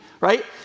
Right